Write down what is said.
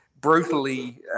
brutally